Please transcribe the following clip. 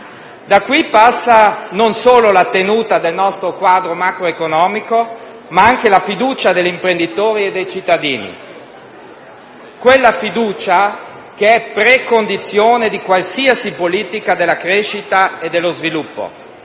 Da qui passano non solo la tenuta del nostro quadro macroeconomico, ma anche la fiducia degli imprenditori e dei cittadini, quella fiducia che è precondizione di qualsiasi politica della crescita e dello sviluppo.